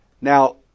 Now